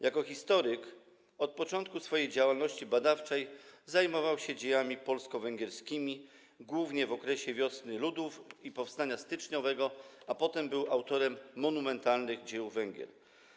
Jako historyk, od początku swojej działalności badawczej zajmował się dziejami polsko-węgierskimi, głównie w okresie Wiosny Ludów i powstania styczniowego, a potem był autorem monumentalnych dzieł dotyczących Węgier.